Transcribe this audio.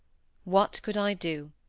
what could i do?